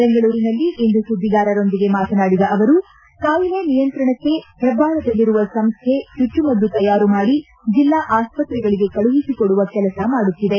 ಬೆಂಗಳೂರಿನಲ್ಲಿಂದು ಸುದ್ದಿಗಾರರೊಂದಿಗೆ ಮಾತನಾಡಿದ ಅವರು ಕಾಯಿಲೆ ನಿಯಂತ್ರಣಕ್ಕೆ ಹೆಬ್ಬಾಳದಲ್ಲಿರುವ ಸಂಸ್ಥೆ ಚುಚ್ಚುಮದ್ದು ತಯಾರು ಮಾಡಿ ಜಿಲ್ಲಾ ಆಸ್ಪತ್ರೆಗಳಿಗೆ ಕಳುಹಿಸಿ ಕೊಡುವ ಕೆಲಸ ಮಾಡುತ್ತಿದೆ